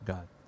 God